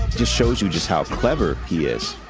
just shows you just how clever he is